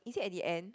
is it at the end